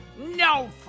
No